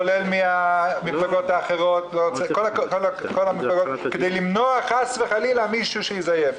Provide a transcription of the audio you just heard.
כולל המפלגות האחרות כדי למנוע חס וחלילה זיופים.